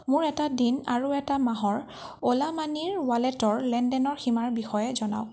মোৰ এটা দিন আৰু এটা মাহৰ অ'লা মানিৰ ৱালেটৰ লেনদেনৰ সীমাৰ বিষয়ে জনাওঁক